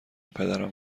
پدرم